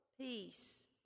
peace